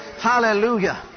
Hallelujah